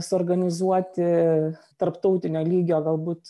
suorganizuoti tarptautinio lygio galbūt